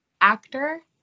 actor